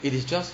it is just